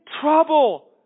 trouble